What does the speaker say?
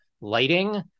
lighting